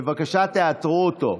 בבקשה, תאתרו אותו.